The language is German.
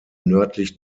nördlich